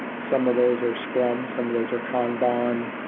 some of those are scrums, some of those are kanban,